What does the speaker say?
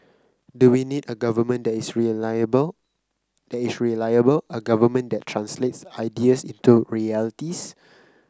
do we need a government that is reliable is reliable a government that translates ideas into realities